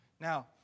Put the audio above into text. Now